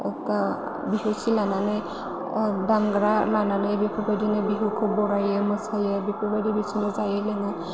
बिहुसि लानानै ओ दामग्रा लानानै बेफोरबायदिनो बिहुखौ बरायो मोसायो बेफोरबायदि बिसोरबो जायो लोङो